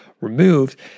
removed